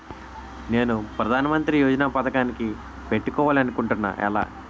నేను ప్రధానమంత్రి యోజన పథకానికి పెట్టుకోవాలి అనుకుంటున్నా ఎలా?